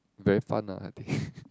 very fun ah I think